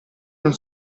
non